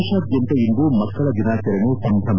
ದೇಶಾದ್ಯಂತ ಇಂದು ಮಕ್ಕಳ ದಿನಾಚರಣೆ ಸಂಭ್ರಮ